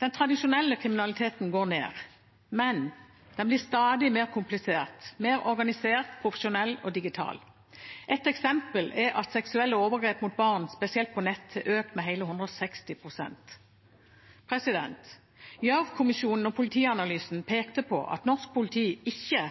Den tradisjonelle kriminaliteten går ned, men den blir stadig mer komplisert, mer organisert, profesjonell og digital. Et eksempel er at seksuelle overgrep mot barn, spesielt på nett, har økt med hele 160 pst. Gjørv-kommisjonen og politianalysen pekte på at norsk politi ikke